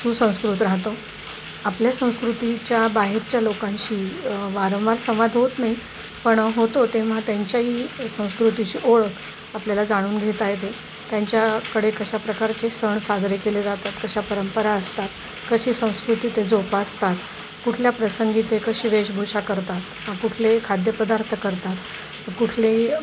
सुसंस्कृत राहतो आपल्या संस्कृतीच्या बाहेरच्या लोकांशी वारंवार संवाद होत नाही पण होतो तेव्हा त्यांच्याही संस्कृतीची ओळख आपल्याला जाणून घेता येते त्यांच्याकडे कशा प्रकारचे सण साजरे केले जातात कशा परंपरा असतात कशी संस्कृती ते जोपासतात कुठल्या प्रसंगी ते कशी वेशभूषा करतात कुठले खाद्यपदार्थ करतात कुठले